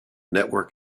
network